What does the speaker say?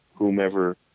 whomever